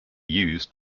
used